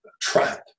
trap